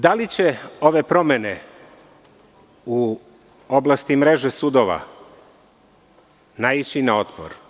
Da li će ove promene u oblasti mreže sudova naići na otpor?